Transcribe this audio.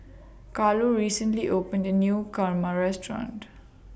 Carlo recently opened A New Kurma Restaurant